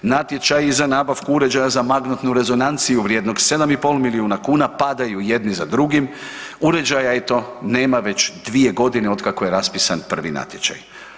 Natječaji za nabavku uređaja za magnetnu rezonanciju vrijednog 7,5 milijuna kuna padaju jedni za drugim, uređaja, eto, nema već dvije godine otkako je raspisan prvi natječaj.